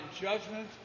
judgment